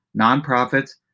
nonprofits